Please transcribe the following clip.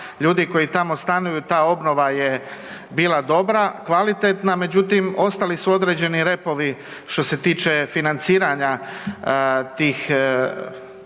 ljudi koji tamo stanuju ta obnova je bila dobra, kvalitetna, međutim ostali su određeni repovi što se tiče financiranja tih